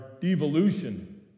devolution